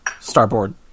Starboard